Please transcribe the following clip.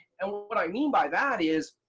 and what i mean by that is,